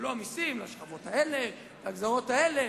עלו המסים לשכבות האלה, ויש הגזירות האלה.